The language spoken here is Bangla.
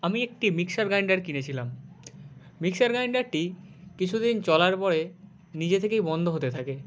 আমি একটি মিক্সার গ্রাইন্ডার কিনেছিলাম মিক্সার গ্রাইন্ডারটি কিছু দিন চলার পরে নিজে থেকেই বন্ধ হতে থাকে